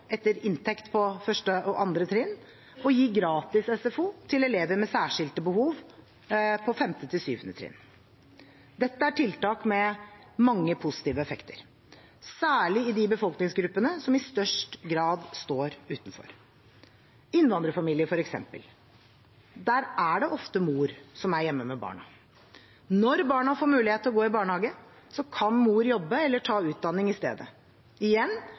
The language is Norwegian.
etter inntekt for 1. og 2. trinn og gi gratis SFO til elever med særskilte behov på 5.–7. trinn. Dette er tiltak med mange positive effekter, særlig i de befolkningsgruppene som i størst grad står utenfor, innvandrerfamilier f.eks. Der er det ofte mor som er hjemme med barna. Når barna får mulighet til å gå i barnehage, kan mor jobbe eller ta utdanning i stedet. Igjen